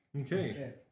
Okay